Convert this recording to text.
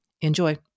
Enjoy